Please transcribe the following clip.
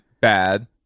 bad